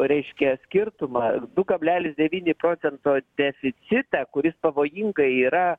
reiškia skirtumą du kablelis devyni procento deficitą kuris pavojingai yra